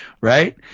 right